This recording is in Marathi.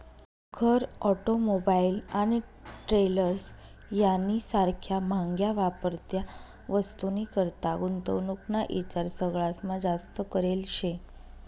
घर, ऑटोमोबाईल आणि ट्रेलर्स यानी सारख्या म्हाग्या वापरत्या वस्तूनीकरता गुंतवणूक ना ईचार सगळास्मा जास्त करेल शे